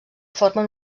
formen